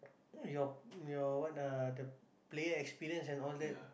your your what uh the player experience and all that